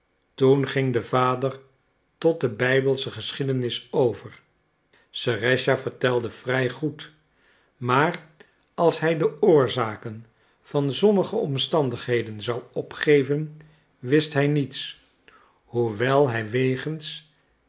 toen ging de vader tot de bijbelsche geschiedenis over serëscha vertelde vrij goed maar als hij de oorzaken van sommige omstandigheden zou opgeven wist hij niets hoewel hij wegens